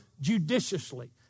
judiciously